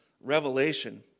revelation